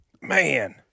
Man